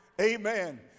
Amen